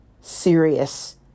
serious